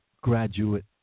graduate